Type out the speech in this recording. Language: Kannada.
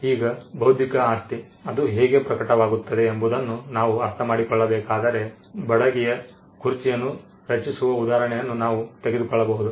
ಈಗ ಬೌದ್ಧಿಕ ಆಸ್ತಿ ಅದು ಹೇಗೆ ಪ್ರಕಟವಾಗುತ್ತದೆ ಎಂಬುದನ್ನು ನಾವು ಅರ್ಥಮಾಡಿಕೊಳ್ಳಬೇಕಾದರೆ ಬಡಗಿ ಕುರ್ಚಿಯನ್ನು ರಚಿಸುವ ಉದಾಹರಣೆಯನ್ನು ನಾವು ತೆಗೆದುಕೊಳ್ಳಬಹುದು